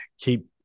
keep